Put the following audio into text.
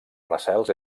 recels